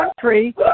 country